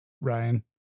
Ryan